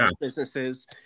businesses